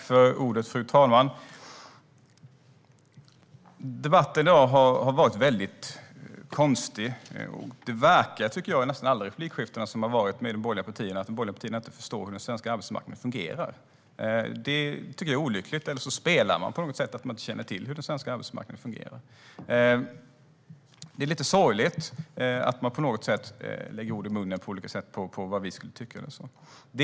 Fru talman! Den här debatten har varit konstig. Att döma av nästan alla replikskiften med de borgerliga partierna verkar det som att de inte förstår hur den svenska arbetsmarknaden fungerar. Det är olyckligt. Det kan också vara på det sättet att de spelar att de inte känner till hur den svenska arbetsmarknaden fungerar. Det är lite sorgligt att de på olika sätt lägger ord i munnen på oss - vad vi ska tycka.